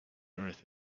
earth